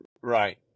Right